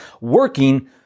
working